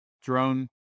drone